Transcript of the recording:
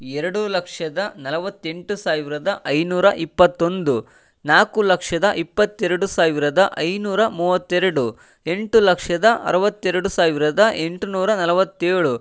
ಎರಡು ಲಕ್ಷದ ನಲ್ವತ್ತೆಂಟು ಸಾವಿರದ ಐನೂರ ಇಪ್ಪತ್ತೊಂದು ನಾಲ್ಕು ಲಕ್ಷದ ಇಪತ್ತೆರಡು ಸಾವಿರದ ಐನೂರ ಮೂವತ್ತೆರಡು ಎಂಟು ಲಕ್ಷದ ಅರುವತ್ತೆರಡು ಸಾವಿರದ ಎಂಟುನೂರ ನಲ್ವತ್ತೇಳು